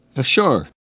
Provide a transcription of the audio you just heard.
Sure